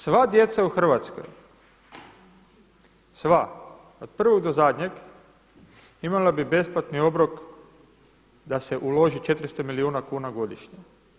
Sva djeca u Hrvatskoj, sva od prvog do zadnjeg imali bi besplatni obrok da se uloži 400 milijuna kuna godišnje.